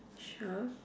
sure